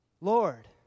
Lord